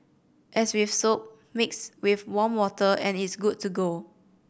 as with soap mix with warm water and it's good to go